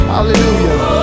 Hallelujah